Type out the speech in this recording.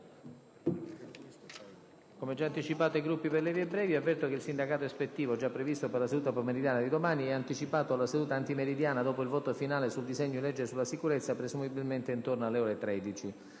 Come già anticipato ai Gruppi per le vie brevi, avverto che il sindacato ispettivo, già previsto per la seduta pomeridiana di domani, è anticipato alla seduta antimeridiana dopo il voto finale sul disegno di legge sulla sicurezza, presumibilmente intorno alle ore 13.